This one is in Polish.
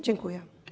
Dziękuję.